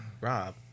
Rob